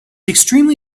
extremely